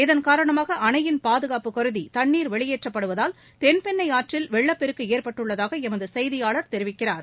இதன் காரணமாகஅனையின் பாதகாப்பு கருதி தன்னீர் வெளியேற்றப்படுவதால் தென்பென்ளைஆற்றில் வெள்ளப்பெருக்குஏற்பட்டுள்ளதாகளமதுசெய்தியாளர் தெரிவிக்கிறார்